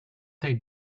they